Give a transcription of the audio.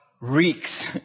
reeks